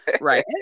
right